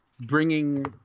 bringing –